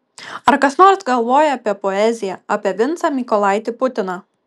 ar kas nors galvoja apie poeziją apie vincą mykolaitį putiną